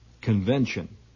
convention